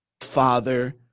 father